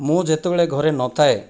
ମୁଁ ଯେତେବେଳେ ଘରେ ନଥାଏ